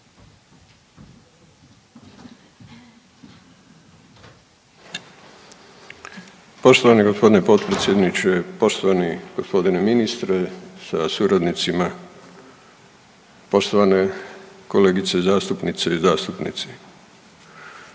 Poštovani g. potpredsjedniče, poštovani g. ministre sa suradnicima, poštovane kolegice zastupnice i zastupnici.